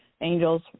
angels